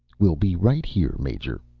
we'll be right here, major,